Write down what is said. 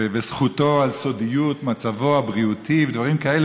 ובזכותו לסודיות מצבו הבריאותי ודברים כאלה.